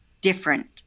different